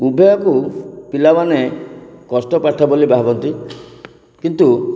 ଉଭୟକୁ ପିଲାମାନେ କଷ୍ଟ ପାଠ ବୋଲି ଭାବନ୍ତି କିନ୍ତୁ